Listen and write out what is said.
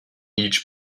each